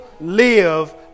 live